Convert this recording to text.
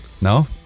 No